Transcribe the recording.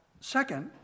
second